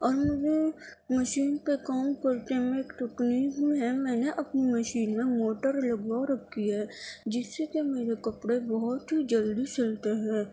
اور مجھے مشین پہ کام کرنے میں میں نے اپنی مشین میں موٹر لگوا رکھی ہے جس سے کہ میرے کپڑے بہت ہی جلدی سلتے ہیں